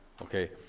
Okay